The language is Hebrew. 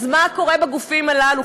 אז מה קורה בגופים הללו,